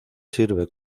sirve